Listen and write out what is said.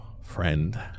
friend